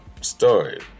story